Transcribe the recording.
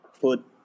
put